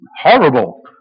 horrible